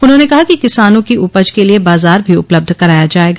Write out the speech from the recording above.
उन्होंने कहा कि किसानों की उपज के लिए बाजार भी उपलब्ध कराया जाएगा